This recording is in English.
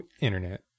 internet